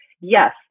Yes